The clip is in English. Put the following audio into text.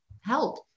help